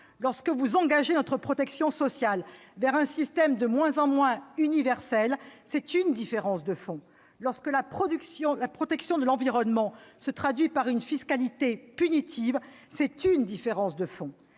Lorsque vous engagez notre protection sociale vers un système de moins en moins universel, c'est une différence de fond. Lorsque la protection de l'environnement se traduit par une fiscalité punitive, c'est une différence de fond.